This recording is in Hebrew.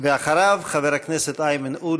אחריו, חבר הכנסת איימן עודה